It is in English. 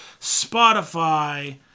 Spotify